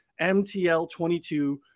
MTL22